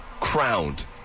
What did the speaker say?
crowned